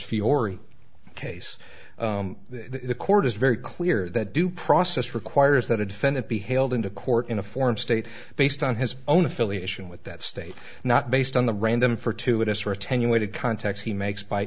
fiore case the court is very clear that due process requires that a defendant be haled into court in a foreign state based on his own affiliation with that state not based on the random for two of us were attenuated contacts he makes by